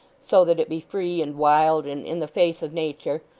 so that it be free and wild and in the face of nature,